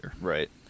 Right